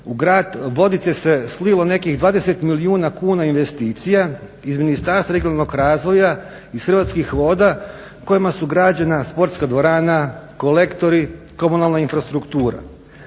u grad Vodice se slilo nekih 20 milijuna kuna investicija iz Ministarstva regionalnog razvoja iz Hrvatskih voda kojima su građena sportska dvorana, kolektori, komunalna infrastruktura.